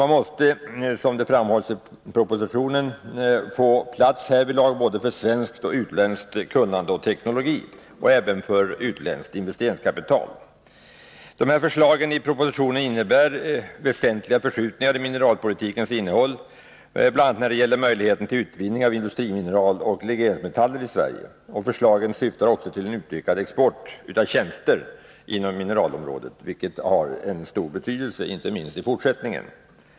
Man måste, som det framhålls i propositionen, därvid få plats för ”både svenskt och utländskt kunnande, teknologi och investeringskapital”. Förslagen i propositionen innebär väsentliga förskjutningar i mineralpolitikens innehåll, bl.a. när det gäller möjligheterna till utvinning av industrimineral och legeringsmetaller i Sverige. Förslagen syftar också till en utökad export av tjänster m.m. inom mineralområdet, vilket har stor betydelse, inte minst i framtiden.